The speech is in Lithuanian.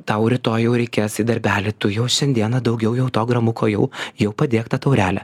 tau rytoj jau reikės į darbelį tu jau šiandieną daugiau jau to gramuko jau jau padėk tą taurelę